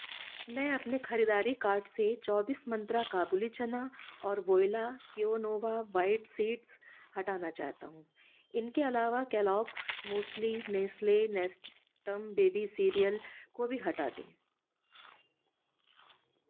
मैं अपने ख़रीदारी कार्ट से चौबीस मंत्रा काबुली चना और वोय्ला क्विनोआ वाइट सीड्स हटाना चाहता हूँ इनके अलावा Kellogg's muesli Nestle Nestum baby cereal को भी हटा दें